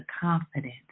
confidence